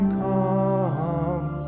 come